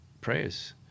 prayers